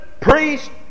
priest